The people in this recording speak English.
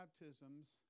baptisms